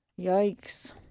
Yikes